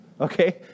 okay